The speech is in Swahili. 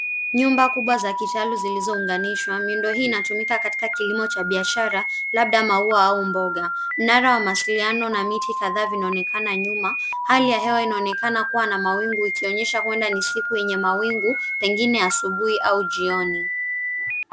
Nyumba kubwa za kitalu zilizounganishwa. Miundo hii inatumika katika kilimo cha kibiashara labda maua au mboga .Mnara wa mawasiliano na miti kadhaa vinaonekana nyuma. Hali ya hewa inaonekana kuwa na mawingu ikionyesha kuwa ni siku yenye mawingu pengine asubuhi au jioni.